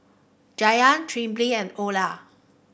Jayda Trilby and Eola